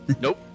Nope